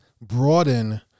broaden